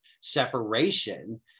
separation